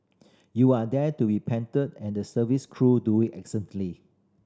you are there to be pampered and the service crew do it excellently